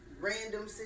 random